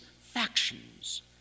factions